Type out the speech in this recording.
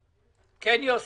בבקשה, יוסי.